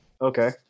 okay